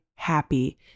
Happy